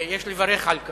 יש לברך על כך,